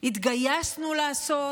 התגייסנו לעשות,